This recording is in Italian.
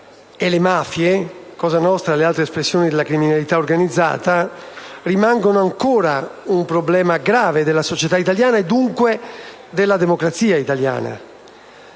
e le mafie, Cosa nostra e le altre espressioni della criminalità organizzata, rimangono ancora un problema grave della società italiana e, dunque, della democrazia italiana.